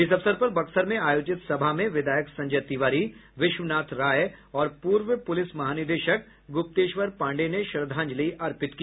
इस अवसर पर बक्सर में आयोजित सभा में विधायक संजय तिवारी विश्वनाथ राय और पूर्व पुलिस महानिदेशक गुप्तेश्वर पांडेय ने श्रद्धांजलि अर्पित की